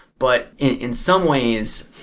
but in some ways,